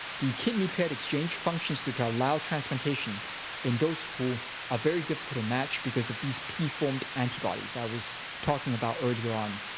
the kidney paired exchange functions to to allow transplantation in those who are very difficult to match because of these preformed antibodies i was talking about earlier on.